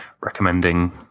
recommending